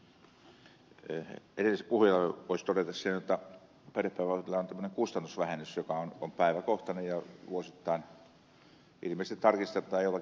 edelliselle puhujalle voisi todeta sen jotta perhepäivähoitajilla on tuommoinen kustannusvähennys joka on päiväkohtainen ja vuosittain ilmeisesti tarkistetaan jollakin indeksillä